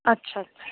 अच्छा अच्छा